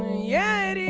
yeah it is